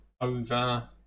over